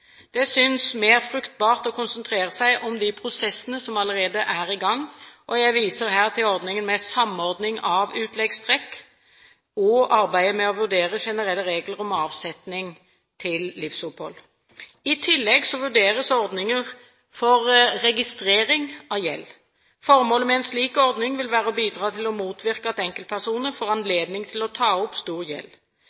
Det synes mer fruktbart å konsentrere seg om de prosessene som allerede er i gang. Jeg viser her til ordningen med samordning av utleggstrekk og arbeidet med å vurdere generelle regler om avsetning til livsopphold. I tillegg vurderes ordninger for registrering av gjeld. Formålet med en slik ordning vil være å bidra til å motvirke at enkeltpersoner får